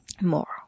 More